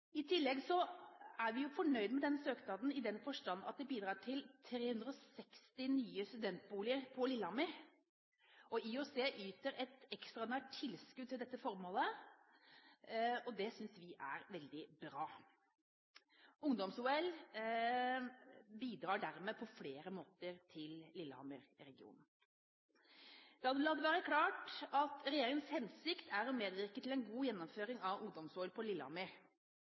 I tillegg er vi fornøyd med søknaden, i den forstand at den bidrar til 360 nye studentboliger på Lillehammer. IOC yter et ekstraordinært tilskudd til dette formålet, og det synes vi er veldig bra. Ungdoms-OL bidrar dermed på flere måter i Lillehammer-regionen. La det være klart at regjeringens hensikt er å medvirke til en god gjennomføring av ungdoms-OL på Lillehammer.